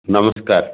ନମସ୍କାର